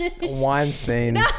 Weinstein